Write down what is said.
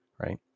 right